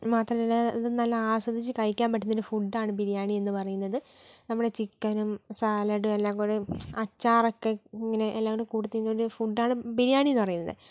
അത് മാത്രമല്ല ഇത് നല്ല ആസ്വദിച്ച് കഴിക്കാൻ പറ്റുന്ന ഒരു ഫുഡ് ആണ് ബിരിയാണി എന്ന് പറയുന്നത് നമ്മുടെ ചിക്കനും സാലഡും എല്ലാം കൂടെയും അച്ചാറൊക്കെ ഇങ്ങനെ എല്ലാം കൂടെ കൂടുന്ന ഒരു ഫുഡ് ആണ് ബിരിയാണി എന്ന് പറയുന്നത്